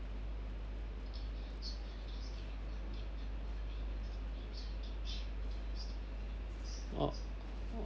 oh